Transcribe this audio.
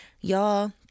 y'all